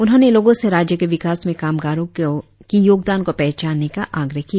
उन्होंने लोगों से राज्य के विकास में कामगारों की योगदान को पहचानने का आग्रह किया